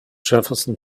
jefferson